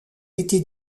été